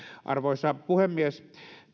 arvoisa puhemies